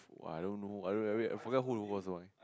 !wah! I don't know I wait I forget who the first one